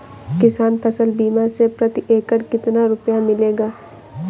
किसान फसल बीमा से प्रति एकड़ कितना रुपया मिलेगा?